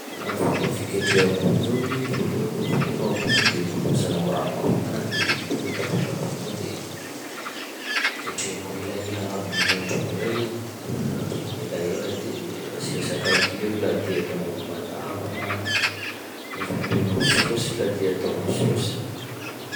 Fomba fiketreha akoho zao i: voalohany eo vonoinao akoho igny de volosanao amy rano mafana, de bakeo tapatapahinao de ketrehanao elaela agnabo motro am'zay i, atao elaela de asia sakaviro laha te hataonao ro mazava, na vangoenao saosy laha te hataonao saosy.